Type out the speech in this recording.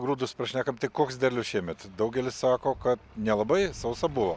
grūdus prašnekom tai koks derlius šiemet daugelis sako kad nelabai sausa buvo